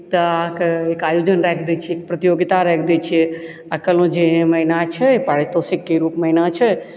तऽ अहाँके एक आयोजन राखि दैत छियै प्रतियोगिता राखि दैत छियै आओर कहलहुँ जे एहिमे एना छै पारितोषिकके रूपमे एना छै